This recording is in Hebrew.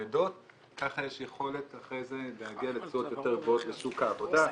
כבדות כך יש יכולת אחרי זה להגיע לתוצאות יותר גבוהות בשוק העבודה.